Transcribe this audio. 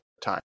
time